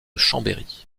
chambéry